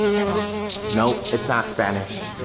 um um nope, it's not spanish.